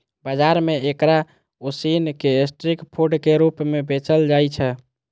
बाजार मे एकरा उसिन कें स्ट्रीट फूड के रूप मे बेचल जाइ छै